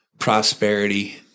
Prosperity